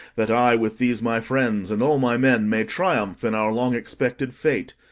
that i with these my friends and all my men may triumph in our long-expected fate.